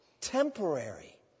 temporary